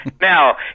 Now